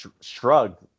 shrugged